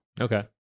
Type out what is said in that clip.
Okay